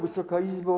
Wysoka Izbo!